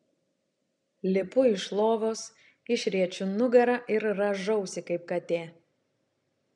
lipu iš lovos išriečiu nugarą ir rąžausi kaip katė